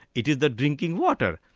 it is the drinking water.